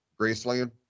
Graceland